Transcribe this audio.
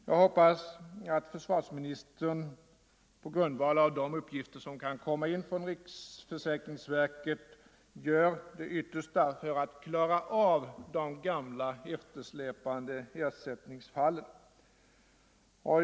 Jag hoppas att försvarsministern på grundval av de uppgifter som kan komma in från riksförsäkringsverket gör det yttersta för att klara av de gamla, eftersläpande ersättningsfallen.